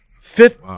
Fifth